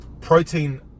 protein